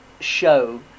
show